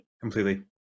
completely